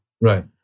Right